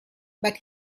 but